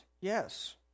Yes